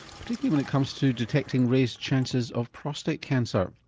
particularly when it comes to detecting raised chances of prostate cancer.